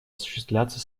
осуществляться